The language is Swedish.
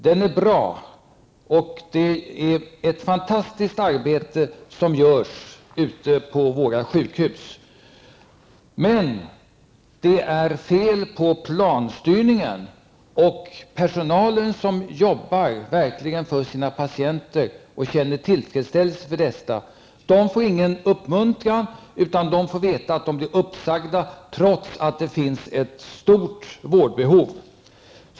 Den är bra, och det är ett fantastiskt arbete som utförs ute på våra sjukhus. Men det är fel på planstyrningen. Den personal som verkligen arbetar för sina patienter och känner tillfredsställelse får ingen uppmuntran. Den får i stället veta att den blir uppsagd, trots att det finns ett stort vårdbehov.